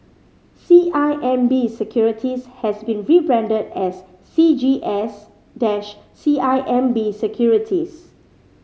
C I M B Securities has been rebranded as C G S dash C I M B Securities